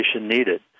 needed